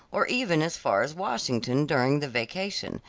or even as far as washington during the vacation,